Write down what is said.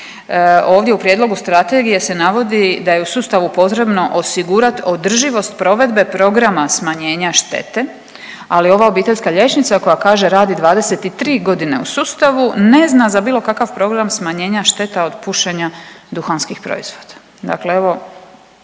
Ovdje u prijedlogu strategije se navodi da je u sustavu potrebno osigurat održivost provedbe programa smanjenja štete, ali ova obiteljska liječnika koja kaže radi 23 godine u sustavu ne zna za bilo kakav program smanjenja šteta od pušenja duhanskih proizvoda. Dakle, evo